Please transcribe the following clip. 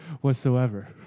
whatsoever